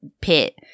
pit